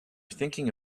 thinking